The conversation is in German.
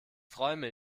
träume